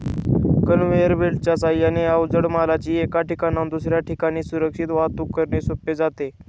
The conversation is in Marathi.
कन्व्हेयर बेल्टच्या साहाय्याने अवजड मालाची एका ठिकाणाहून दुसऱ्या ठिकाणी सुरक्षित वाहतूक करणे सोपे जाते